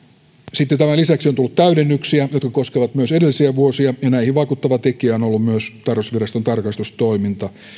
tämän lisäksi on tullut täydennyksiä jotka koskevat myös edellisiä vuosia ja näihin vaikuttava tekijä on ollut tarkastusviraston tarkastustoiminta